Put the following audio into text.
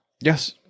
Yes